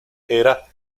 era